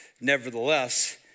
nevertheless